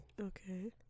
Okay